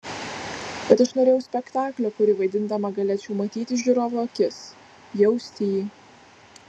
bet aš norėjau spektaklio kurį vaidindama galėčiau matyt žiūrovo akis jausti jį